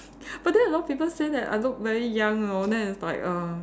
but then a lot of people say that I look very young you know then it's like err